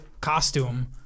costume